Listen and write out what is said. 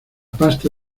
pasta